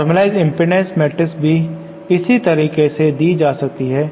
normalized impedance matrix इस तरह से दी जा सकती है